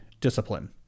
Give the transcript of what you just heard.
discipline